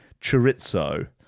chorizo